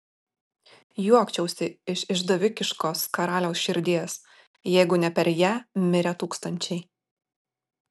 juokčiausi iš išdavikiškos karaliaus širdies jeigu ne per ją mirę tūkstančiai